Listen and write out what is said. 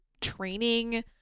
training